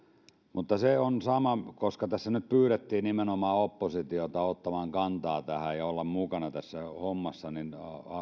mutta koska tässä nyt pyydettiin nimenomaan oppositiota ottamaan kantaa tähän ja olemaan mukana tässä hommassa niin